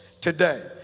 today